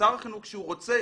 החינוך רוצה,